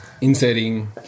inserting